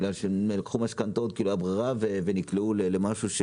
כי הם לקחו משכנתאות כי לא היתה ברירה והם נקלעו למצב זה.